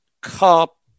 cup